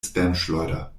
spamschleuder